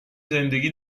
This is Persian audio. زندگی